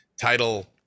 title